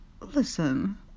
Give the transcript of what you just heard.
listen